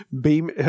Beam